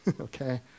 Okay